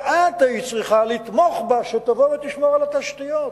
שאת היית צריכה לתמוך בה שתבוא ותשמור על התשתיות.